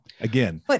Again